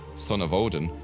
son of odin,